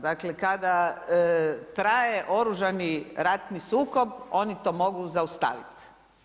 Dakle, kada traje oružani ratni sukob, oni to mogu zaustaviti.